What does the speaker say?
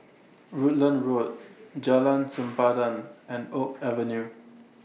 Rutland Road Jalan Sempadan and Oak Avenue